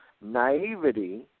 naivety